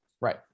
Right